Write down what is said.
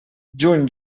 juny